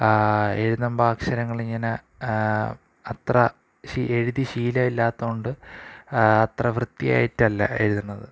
എഴുതുമ്പം അക്ഷരങ്ങൽ ഇങ്ങനെ അത്ര ശീ എഴുതി ശീലം ഇല്ലാത്തതുകൊണ്ട് അത്ര വൃത്തി ആയിട്ടല്ല എഴുതുന്നത്